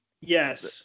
yes